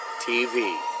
TV